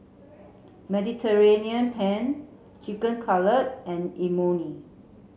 Mediterranean Penne Chicken Cutlet and Imoni